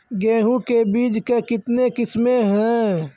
गेहूँ के बीज के कितने किसमें है?